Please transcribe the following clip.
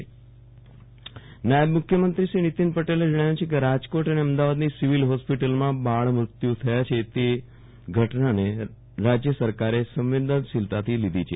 વિરલ રાણા બાળમૃત્યુ નાયબ મુખ્યમંત્રી નિતિન પટેલે જણાવ્યું છે કે રાજકોટ અને અમદાવાદની સિવિલ હોસ્પિટલોમાં બાળમૃત્યુ થયા છે તે ઘટનાને રાજ્ય સરકારે સંવેદનશીલતાથી લીધી છે